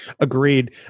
Agreed